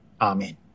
Amen